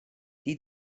die